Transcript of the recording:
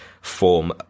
form